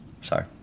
sorry